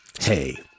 Hey